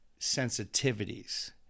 sensitivities